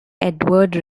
edward